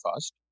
fast